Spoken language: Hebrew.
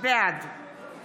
חוה